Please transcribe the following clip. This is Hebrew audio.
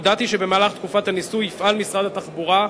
הודעתי שבתקופת הניסוי יפעל משרד התחבורה,